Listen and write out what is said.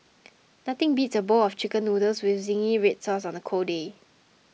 nothing beats a bowl of Chicken Noodles with Zingy Red Sauce on a cold day